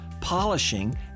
polishing